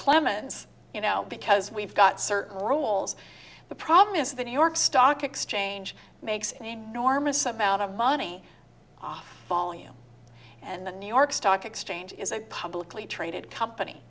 clemens you know because we've got certain rules the problem is the new york stock exchange makes an enormous amount of money off volume and the new york stock exchange is a publicly traded company